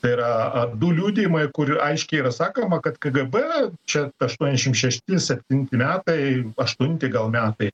tai yra du liudijimai kur aiškiai yra sakoma kad kgb čia aštuoniasdešim šešti septinti metai aštunti gal metai